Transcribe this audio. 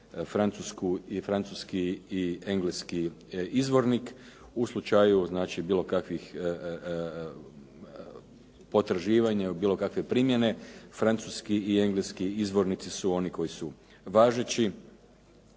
francuski i engleski izvornik u slučaju znači bilo kakvih potraživanja ili bilo kakve primjene, francuski i engleski izvornici su oni koji su važeći.